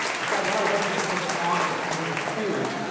have got a lot of other things going on this winter too,